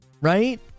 right